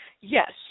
Yes